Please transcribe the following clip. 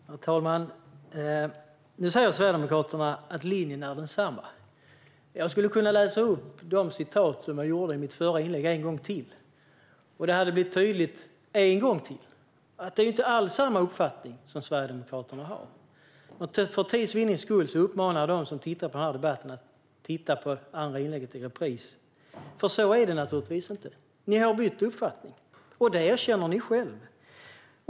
Herr talman! Nu säger Sverigedemokraterna att linjen är densamma. Jag skulle kunna läsa upp de citat som jag läste upp i mitt förra inlägg en gång till, och det hade blivit tydligt en gång till att det inte alls är samma uppfattning som Sverigedemokraterna har nu. För tids vinnande uppmanar jag dem som tittar på den här debatten att titta på den förra repliken i repris. Ni har bytt uppfattning, och det erkänner ni själva.